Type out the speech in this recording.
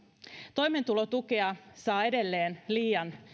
toimeentulotukea saa edelleen liian